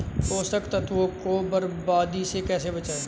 पोषक तत्वों को बर्बादी से कैसे बचाएं?